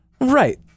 Right